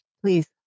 please